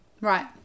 right